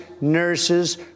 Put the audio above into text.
nurses